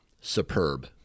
superb